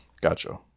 Gotcha